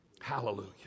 Hallelujah